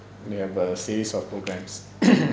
we have a series of programmes